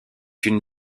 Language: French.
une